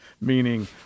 meaning